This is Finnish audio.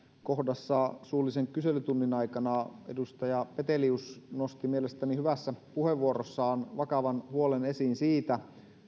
kohdassa suullisen kyselytunnin aikana edustaja petelius nosti mielestäni hyvässä puheenvuorossaan vakavan huolen esiin siitä